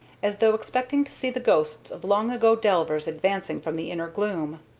as though expecting to see the ghosts of long-ago delvers advancing from the inner gloom.